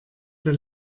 der